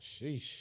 sheesh